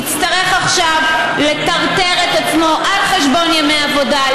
יצטרך עכשיו לטרטר את עצמו על חשבון ימי העבודה,